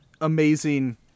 amazing